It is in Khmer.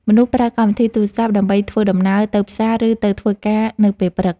មនុស្សប្រើកម្មវិធីទូរសព្ទដើម្បីធ្វើដំណើរទៅផ្សារ ឬទៅធ្វើការនៅពេលព្រឹក។